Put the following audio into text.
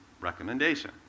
Recommendation